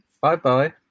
Bye-bye